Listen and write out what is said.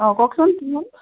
অঁ কওকচোন কি হ'ল